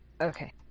Okay